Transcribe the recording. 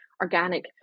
organic